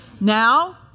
Now